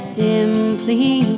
simply